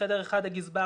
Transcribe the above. בחדר אחד הגזבר,